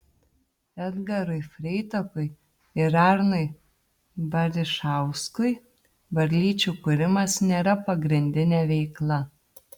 edgarui freitakui ir arnui barišauskui varlyčių kūrimas nėra pagrindinė veikla